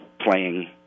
playing